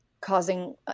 causing